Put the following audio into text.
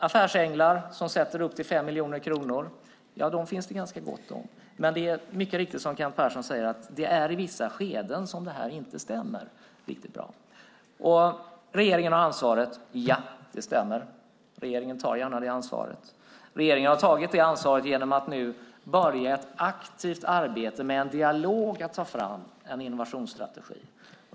Affärsänglar som satsar upp till 5 miljoner kronor finns det ganska gott om, men det är, som Kent Persson mycket riktigt säger, i vissa skeden som det här inte stämmer riktigt bra. Regeringen har ansvaret. Ja, det stämmer. Regeringen tar gärna det ansvaret. Regeringen har tagit det ansvaret genom att nu ha börjat ett aktivt arbete med en dialog för att ta fram en innovationsstrategi.